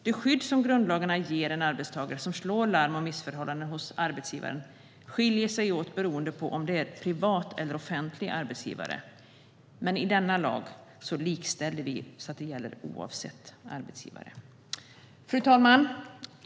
Det skydd som grundlagarna ger en arbetstagare som slår larm om missförhållanden hos arbetsgivaren skiljer sig åt beroende på om det är en privat eller en offentlig arbetsgivare. Men i denna lag likställer vi detta, så att det gäller oavsett arbetsgivare. Fru talman!